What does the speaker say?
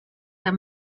der